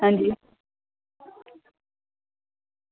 अंजी